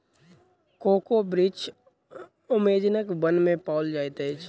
cocoa वृक्ष अमेज़नक वन में पाओल जाइत अछि